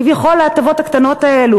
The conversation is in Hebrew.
כביכול ההטבות הקטנות האלה,